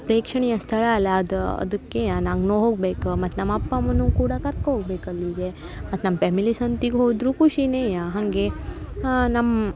ಪ್ರೇಕ್ಷಣೀಯ ಸ್ಥಳ ಅಲ್ಲಾ ಅದು ಅದಕ್ಕೆ ನಾನು ಹೋಗ್ಬೇಕು ಮತ್ತು ನಮ್ಮ ಅಪ್ಪ ಅಮ್ಮನು ಕೂಡ ಕರ್ಕೊಂಡು ಹೋಗ್ಬೇಕು ಅಲ್ಲಿಗೆ ಮತ್ತು ನಮ್ಮ ಪ್ಯಾಮಿಲಿ ಸಂತೆಗೆ ಹೋದರೂ ಖುಷಿನೆಯ ಹಾಗೆ ನಮ್ಮ